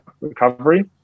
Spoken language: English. recovery